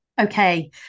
okay